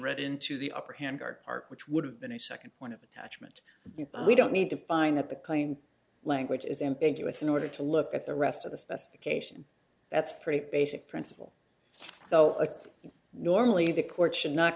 read into the upper hand car park which would have been a second point of attachment we don't need to find at the claimed language is ambiguous in order to look at the rest of the specification that's pretty basic principle so you normally the court should not